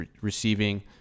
receiving